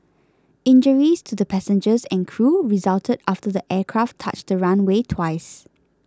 injuries to the passengers and crew resulted after the aircraft touched the runway twice